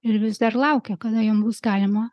ir vis dar laukia kada jom bus galima